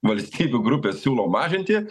valstybių grupės siūlo mažinti